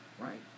right